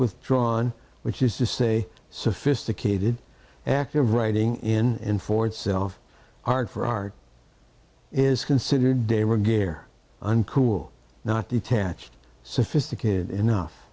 withdrawn which is to say sophisticated active writing in for itself art for art is considered day were gay or uncool not detached sophisticated enough